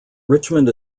richmond